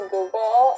Google